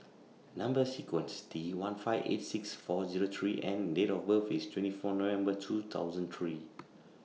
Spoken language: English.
cnumber sequence T one five eight six four Zero three N Date of birth IS twenty four November two thousand three